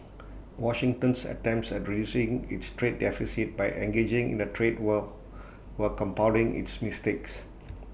Washington's attempts at reducing its trade deficit by engaging in A trade war were compounding its mistakes